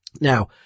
Now